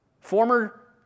former